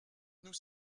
nous